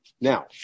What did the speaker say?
Now